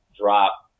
drop